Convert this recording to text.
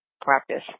practice